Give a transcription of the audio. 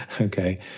okay